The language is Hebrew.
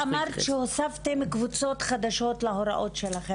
את אמרת שהוספתם קבוצות חדשות להוראות שלכם